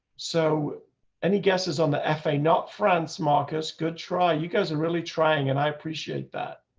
so any guesses on the fa not france marcus. good try, you guys are really trying, and i appreciate that.